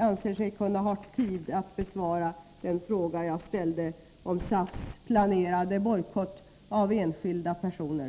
anser sig kunna ha tid att i nästa replik besvara den fråga jag ställde om SAF:s planerade bojkott av enskilda personer.